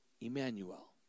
Emmanuel